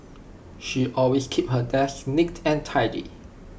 she always keeps her desk neat and tidy